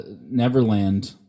Neverland